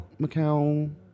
Macau